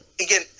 again